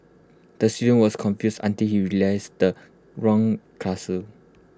the student was confused until he realised the wrong class